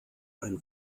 ein